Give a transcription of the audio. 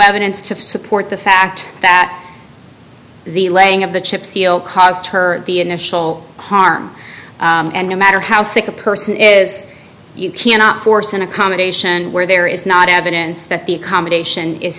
evidence to support the fact that the laying of the chip seal caused her the initial harm and no matter how sick a person is you cannot force an accommodation where there is not evidence that the accommodation is